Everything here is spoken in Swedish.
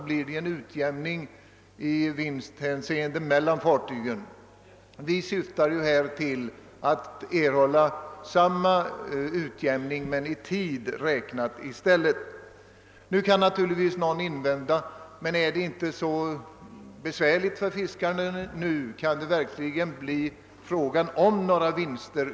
Vi motionärer syftar till att erhålla ett liknande system för utjämning, som åtminstone kan användas i framtiden.